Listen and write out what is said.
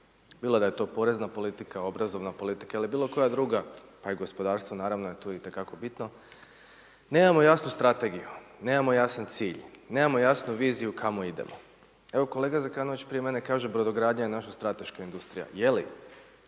bilo da je to porezna politika, obrazovna politika ili bilo koja druga, a i gospodarstvo naravno je tu itekako bitno, nemamo jasnu strategiju, nemamo jasan cilj, nemamo jasnu viziju kamo idemo. Evo kolega Zekanović prije mene kaže brodogradnja je naša strateška industrija, je li?